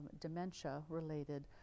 dementia-related